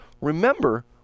Remember